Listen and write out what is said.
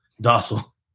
docile